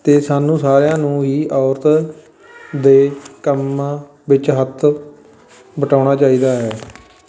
ਅਤੇ ਸਾਨੂੰ ਸਾਰਿਆਂ ਨੂੰ ਹੀ ਔਰਤ ਦੇ ਕੰਮਾਂ ਵਿੱਚ ਹੱਥ ਵਟਾਉਣਾ ਚਾਹੀਦਾ ਹੈ